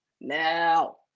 now